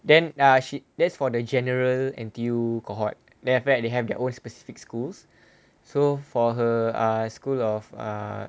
then uh she that's for the general N_T_U cohort then after that they have their own specific schools so for her uh school of uh